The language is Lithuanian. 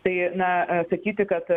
tai na sakyti kad